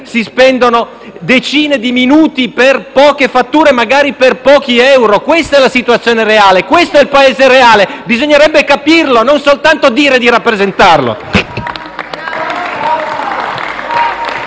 si spendono decine di minuti per poche fatture, magari per pochi euro. Questa è la situazione reale. Questo è il Paese reale. Bisognerebbe capirlo e non soltanto dire di rappresentarlo.